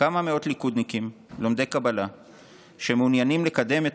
כמה מאות ליכודניקים לומדי קבלה שמעוניינים לקדם את